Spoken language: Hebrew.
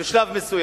לכן,